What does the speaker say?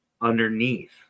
underneath